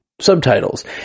subtitles